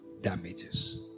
damages